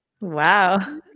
Wow